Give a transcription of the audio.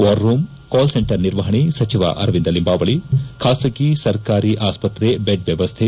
war room call centre ನಿರ್ವಹಣೆ ಸಚಿವ ಅರವಿಂದ ಲಿಂಬಾವಳಿ ಖಾಸಗಿ ಸರ್ಕಾರಿ ಅಸ್ಪತ್ರೆ ಬೆಡ್ ವ್ಯವನ್ನೆ